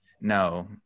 no